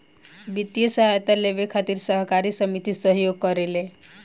वित्तीय सहायता लेबे खातिर सहकारी समिति सहयोग करेले